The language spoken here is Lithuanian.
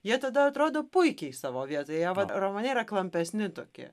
jie tada atrodo puikiai savo vietoje vat romane yra klampesni tokie